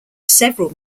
several